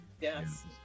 Yes